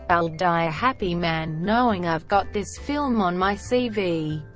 i'll die a happy man knowing i've got this film on my cv.